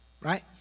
right